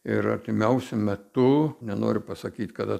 ir artimiausiu metu nenoriu pasakyt kada